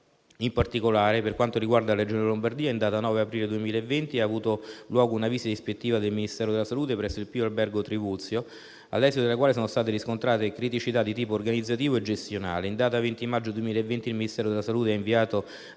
In particolare per quanto riguarda la Regione Lombardia, in data 9 aprile 2020, ha avuto luogo una visita ispettiva del Ministero della salute presso il Pio Albergo Trivulzio, all'esito della quale sono state riscontrate criticità di tipo organizzativo e gestionale. In data 20 maggio 2020, il Ministero della salute ha inviato